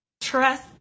Trust